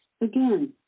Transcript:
Again